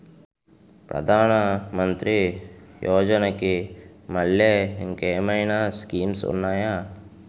ప్రధాన మంత్రి యోజన కి మల్లె ఇంకేమైనా స్కీమ్స్ ఉన్నాయా?